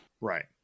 right